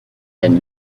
and